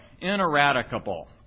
ineradicable